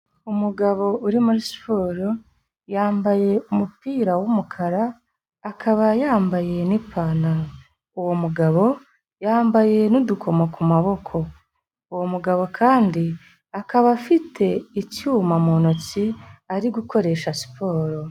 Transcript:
Umugabo uri muri siporo yambaye umupira wumukara, akaba yambaye n'ipantaro, uwo mugabo yambaye n'udukomo ku maboko. Uwo mugabo kandi akaba afite icyuma mu ntoki ari gukoresha siporo.